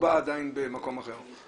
מקובע עדיין במקום אחר?